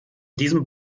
diesem